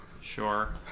Sure